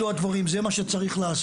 אלה הדברים, זה מה שלדעתי צריך לעשות.